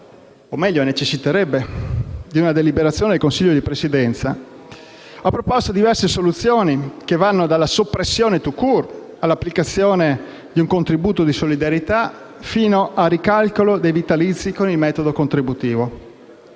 o meglio necessiterebbe - di una deliberazione del Consiglio di Presidenza, ha proposto diverse soluzioni, che vanno dalla soppressione *tout court*, all'applicazione di un contributo di solidarietà, fino al ricalcolo dei vitalizi con il metodo contributivo.